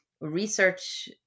research